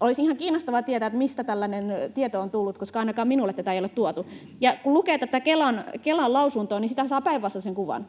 Olisi ihan kiinnostavaa tietää, mistä tällainen tieto on tullut, koska ainakaan minulle tätä ei ole tuotu. Ja kun lukee tätä Kelan lausuntoa, niin siitähän saa päinvastaisen kuvan.